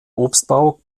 obstbau